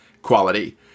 quality